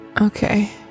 Okay